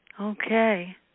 Okay